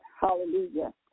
Hallelujah